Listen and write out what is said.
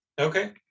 Okay